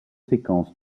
séquences